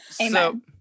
amen